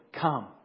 come